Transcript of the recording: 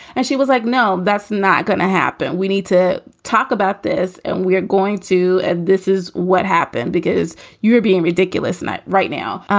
and she was like, no, that's not going to happen. we need to talk about this. and we're going to. and this is what happened, because you're being ridiculous right now.